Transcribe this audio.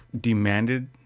demanded